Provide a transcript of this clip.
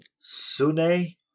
Sune